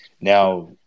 Now